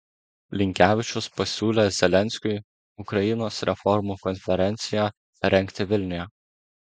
linkevičius pasiūlė zelenskiui ukrainos reformų konferenciją rengti vilniuje